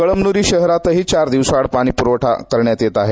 कळमनूरी शहरातही चार दिवसाआड पाणी पुरवठअ करण्यात येत आहे